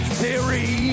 theory